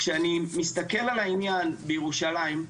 כשאני מסתכל על העניין בירושלים,